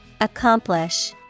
Accomplish